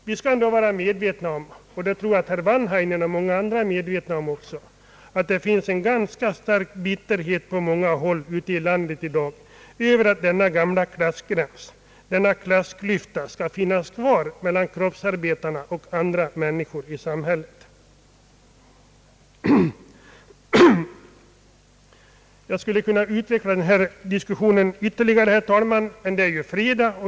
Vi skall vara medvetna om — och det tror jag att herr Wanhainen och många andra är — att det finns en ganska stark bitterhet på många håll ute i landet över att denna gamla klassgräns mellan kroppsarbetare och andra människor i samhället skall finnas kvar. Jag skulle kunna fortsätta denna diskussion ytterligare, herr talman, men det är ju fredag.